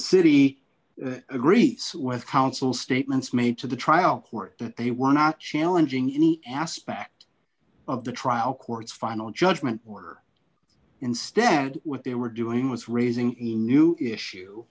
city agrees with counsel statements made to the trial court that they were not challenging any aspect of the trial court's final judgment were instead what they were doing was raising a new issue